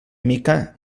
mica